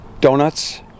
Donuts